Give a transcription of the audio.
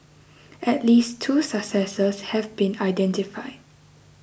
at least two successors have been identified